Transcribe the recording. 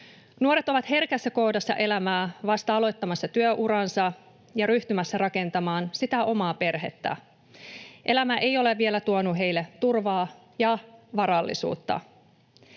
Nuoret ovat herkässä kohdassa elämää, vasta aloittamassa työuraansa ja ryhtymässä rakentamaan omaa perhettä. Elämä ei ole vielä tuonut heille turvaa ja varallisuutta.